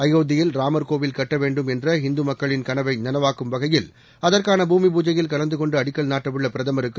அயோத்தியில் ராமர் கோவில் கட்ட வேண்டும் என்ற இந்து மக்களின் கனவை நனவாக்கும் வகையில் அதற்கான பூமி பூஜையில் கலந்து கொண்டு அடிக்கல் நாட்டவுள்ள பிரதமருக்கு